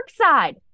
side